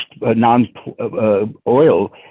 non-oil